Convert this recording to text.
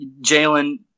Jalen